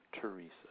Teresa